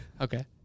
Okay